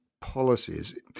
policies